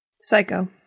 Psycho